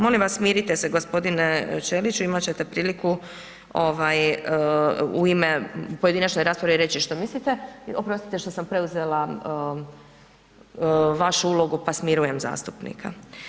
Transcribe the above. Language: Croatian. Molim vas smirite g. Ćeliću, imat ćete priliku u ime pojedinačne rasprave reći što mislite, oprostite što sam preuzela vašu ulogu pa smirujem zastupnika.